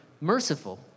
merciful